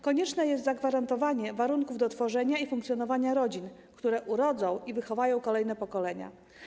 Konieczne jest zagwarantowanie warunków do tworzenia i funkcjonowania rodzin, które urodzą i wychowają kolejne pokolenia.